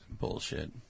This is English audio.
Bullshit